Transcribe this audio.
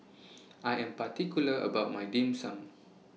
I Am particular about My Dim Sum